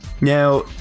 Now